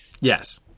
Yes